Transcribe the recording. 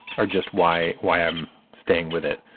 are just why why i'm staying with it.